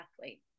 athlete